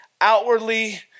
outwardly